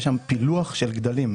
יש פילוח של גדלים,